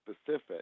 specific